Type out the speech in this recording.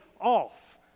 off